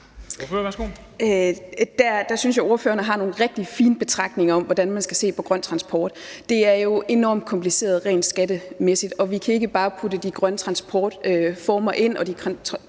Der synes jeg, ordføreren har nogle rigtig fine betragtninger om, hvordan man skal se på grøn transport. Det er jo enormt kompliceret rent skattemæssigt, og vi kan ikke bare putte de grønne transportformer og de grønne